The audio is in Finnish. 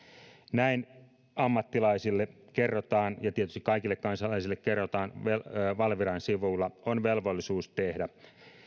näin ammattilaisille kerrotaan ja tietysti kaikille kansalaisille kerrotaan valviran sivuilla on velvollisuus tehdä